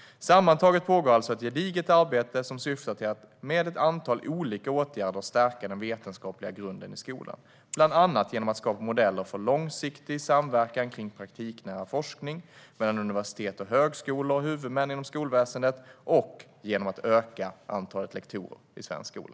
Sammantaget pågår alltså ett gediget arbete som syftar till att med ett antal olika åtgärder stärka den vetenskapliga grunden i skolan, bland annat genom att skapa modeller för långsiktig samverkan kring praktiknära forskning mellan universitet och högskolor och huvudmän inom skolväsendet och genom att öka antalet lektorer i svensk skola.